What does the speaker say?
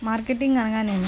Marketing అనగానేమి?